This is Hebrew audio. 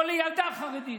או לילדה חרדית.